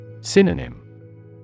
Synonym